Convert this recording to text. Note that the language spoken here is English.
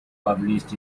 published